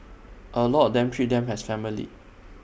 A lot of them treat them as family